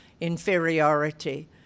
inferiority